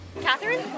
Catherine